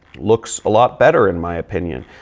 looks a lot better in my opinion.